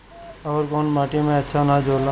अवर कौन माटी मे अच्छा आनाज होला?